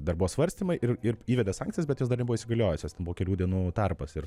dar buvo svarstymai ir ir įvedė sankcijas bet jos dar nebuvo įsigaliojusios ten buvo kelių dienų tarpas ir